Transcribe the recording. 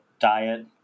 diet